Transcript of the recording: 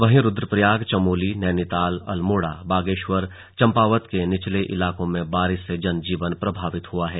वहीं रुद्रप्रयाग चमोली नैनीताल अल्मोड़ा बागेश्वर चंपावत के निचले इलाकों में बारिश से जनजीवन प्रभावित हुआ है